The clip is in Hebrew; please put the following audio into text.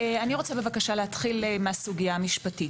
אני רוצה להתחיל, בבקשה, מהסוגייה המשפטית,